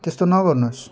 त्यस्तो नगर्नु होस्